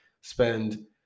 Spend